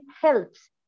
helps